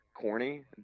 corny